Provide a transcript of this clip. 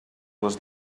les